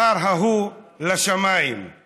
/ היום אני מתון וחייכן, מחר ההוא לשמיים /